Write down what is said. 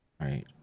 right